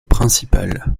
principal